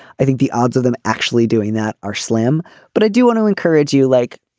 i think the odds of them actually doing that are slim but i do want to encourage you like.